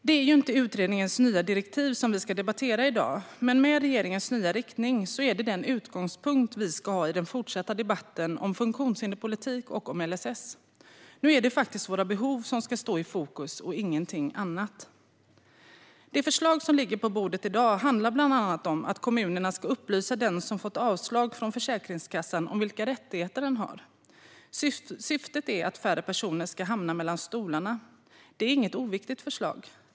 Det är inte utredningens nya direktiv som vi ska debattera i dag, men med regeringens nya riktning är det den utgångspunkten vi ska ha i den fortsatta debatten om funktionshinderspolitik och om LSS. Nu är det faktiskt våra behov som ska stå i fokus och ingenting annat. Det förslag som ligger på bordet i dag handlar bland annat om att kommunerna ska upplysa den som fått avslag från Försäkringskassan om vilka rättigheter denne har. Syftet är att färre personer ska hamna mellan stolarna. Det är inget oviktigt förslag.